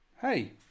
Hey